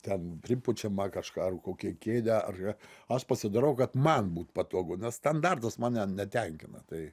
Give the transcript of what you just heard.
ten pripučiamą kažką ar kokią kėdę ar ką aš pasidarau kad man būt patogu nes standartas mane netenkina tai